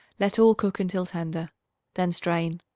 let all cook until tender then strain.